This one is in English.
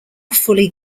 fully